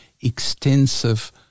extensive